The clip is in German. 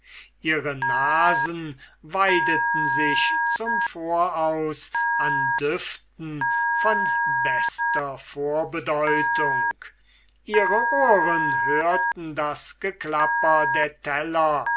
ihre nasen weideten sich zum voraus an düften von bester vorbedeutung ihre ohren hörten das geklapper der teller